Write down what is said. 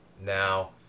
Now